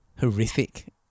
horrific